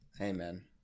Amen